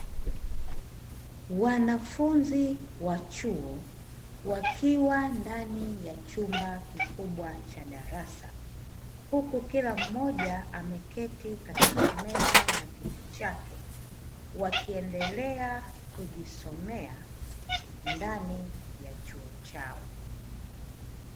Wanafunzi wa chuo wakiwa ndani ya chumba kikubwa cha darasa huku kila mmoja ameketi katika meza na kiti chake, wakiendelea kujisomea ndani ya chuo chao.